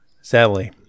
Sadly